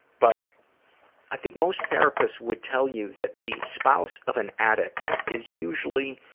but i think most therapists would tell you that the spouse of an addict is usually.